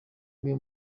umwe